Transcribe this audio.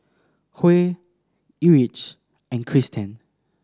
Huey Erich and Cristen